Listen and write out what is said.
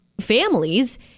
families